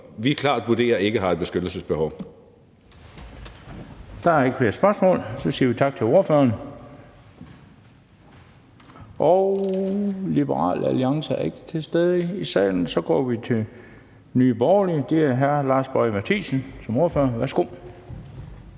vurderer ikke har et beskyttelsesbehov.